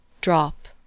drop